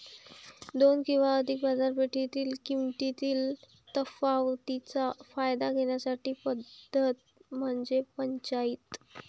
दोन किंवा अधिक बाजारपेठेतील किमतीतील तफावतीचा फायदा घेण्याची पद्धत म्हणजे पंचाईत